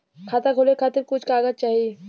खाता खोले के खातिर कुछ कागज चाही?